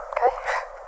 Okay